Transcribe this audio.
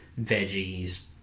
veggies